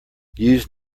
use